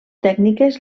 tècniques